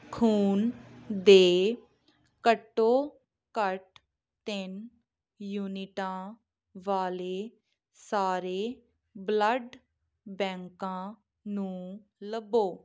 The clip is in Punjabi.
ਖੂਨ ਦੇ ਘੱਟੋ ਘੱਟ ਤਿੰਨ ਯੂਨਿਟਾਂ ਵਾਲੇ ਸਾਰੇ ਬਲੱਡ ਬੈਂਕਾਂ ਨੂੰ ਲੱਭੋ